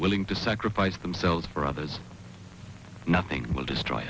willing to sacrifice themselves for others nothing will destroy